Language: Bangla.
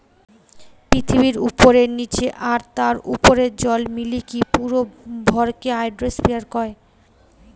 পৃথিবীর উপরে, নীচে আর তার উপরের জল মিলিকি পুরো ভরকে হাইড্রোস্ফিয়ার কয়